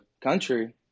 country